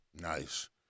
Nice